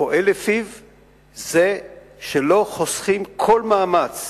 פועל לפיהם זה שלא חוסכים כל מאמץ